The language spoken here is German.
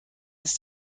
dass